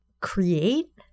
create